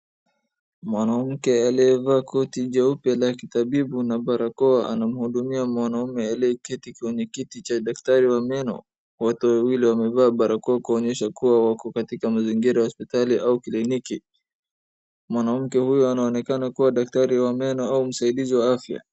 Mwanamke aliyevaa koti jeupe la kitabibu na barakoa anamhudumia mwanaume aliyeketi kwenye kiti cha daktari wa meno. Wote wawili wamevaa barakoa kuonyesha kuwa wako katika mazingira ya hospitali au kliniki. Mwanamke huyu anaoneka kuwa daktari wa meno au msaidizi wa afya.